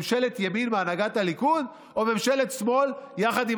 ממשלת ימין בהנהגת הליכוד או ממשלת שמאל יחד עם